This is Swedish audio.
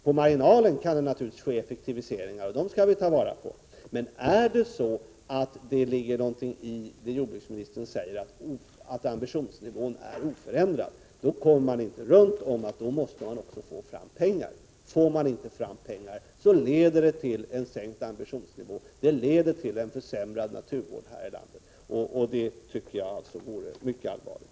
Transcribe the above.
På marginalen kan det naturligtvis ske effektiviseringar, och dem skall vi ta vara på, men ligger det någonting i det jordbruksministern säger, att ambitionsnivån är oförändrad, då kommer man inte förbi att man också måste få fram pengar. Får man inte fram pengar, leder det till en sänkt ambitionsnivå. Det leder till en försämrad naturvård här i landet, och det tycker jag vore mycket allvarligt.